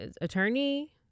attorney